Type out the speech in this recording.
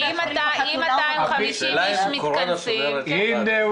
אם 250 איש מתכנסים --- השאלה אם הקורונה סוגרת --- הנה,